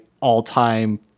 all-time